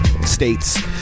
states